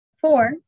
Four